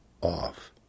off